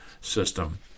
system